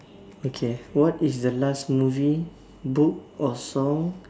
okay what is the last movie book or song